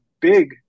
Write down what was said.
big